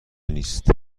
نیست